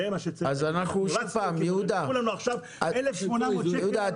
לקחו לנו עכשיו 1,800 שקל --- יהודה,